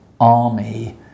army